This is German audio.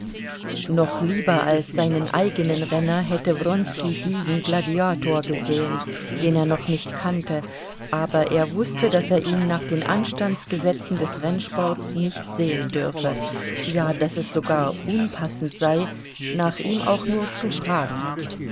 noch lieber als seinen eigenen renner hätte wronski diesen gladiator gesehen den er noch nicht kannte aber er wußte daß er ihn nach den anstandsgesetzen des rennsports nicht sehen dürfe ja daß es sogar unpassend sei nach ihm auch nur zu fragen